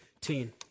Teen